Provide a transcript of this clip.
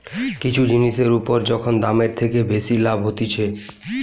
কিছু জিনিসের উপর যখন দামের থেকে বেশি লাভ হতিছে